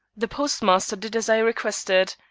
the postmaster did as i requested.